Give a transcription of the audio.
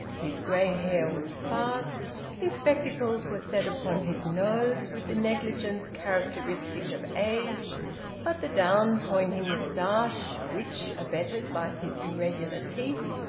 his grey hair was sparse his spectacles were set upon his nose with the negligence characteristic of age but the down-pointing moustache, which, abetted by his irregular teeth,